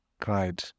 cried